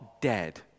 dead